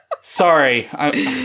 Sorry